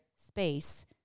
space